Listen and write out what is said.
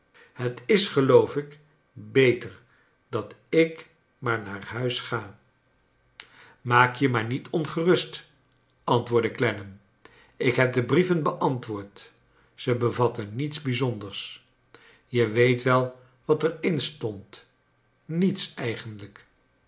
het is geloof ik beter dat ik maar naar hnis ga maak je maar niet ongerust antwoordde clennam ik heb de brieven beantwoord ze bevatten niets bijzonders je weet wel wat er in stond niets eigenlijk